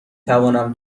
توانم